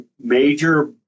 major